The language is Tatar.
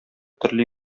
төрле